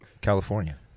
California